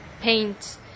paint